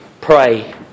pray